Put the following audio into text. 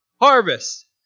Harvest